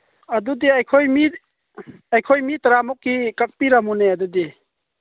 ꯑꯗꯨꯗꯤ ꯑꯩꯈꯣꯏ ꯃꯤ ꯑꯩꯈꯣꯏ ꯃꯤ ꯇꯔꯥꯃꯨꯛꯀꯤ ꯀꯛꯄꯤꯔꯝꯃꯨꯅꯦ ꯑꯗꯨꯗꯤ